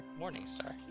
Morningstar